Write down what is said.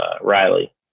Riley